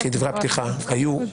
למרות שדברי הפתיחה הסתיימו,